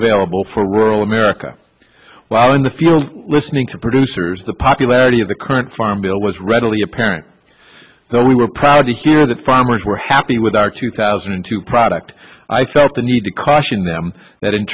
available for rural america while in the field listening to producers the popularity of the current farm bill was readily apparent so we were proud to hear that farmers were happy with our two thousand and two product i felt the need to caution them that in